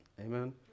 Amen